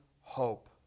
hope